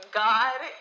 god